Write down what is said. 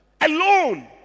alone